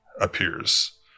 appears